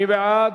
מי בעד?